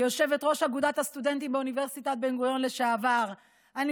כיושבת-ראש אגודת הסטודנטים לשעבר באוניברסיטת